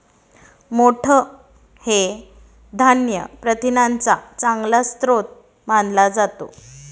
मोठ हे धान्य प्रथिनांचा चांगला स्रोत मानला जातो